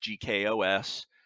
GKOS